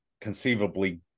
conceivably